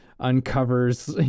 uncovers